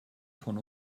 von